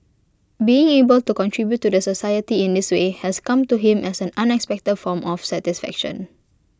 being able to contribute to the society in this way has come to him as an unexpected form of satisfaction